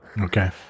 Okay